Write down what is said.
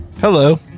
Hello